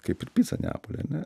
kaip ir pica neapoly ane